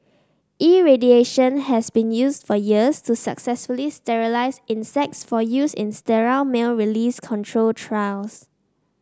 irradiation has been used for years to successfully sterilise insects for use in sterile male release control trials